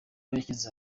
washyize